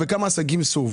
כמה עסקים סורבו,